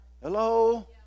Hello